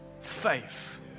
faith